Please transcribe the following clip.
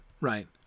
Right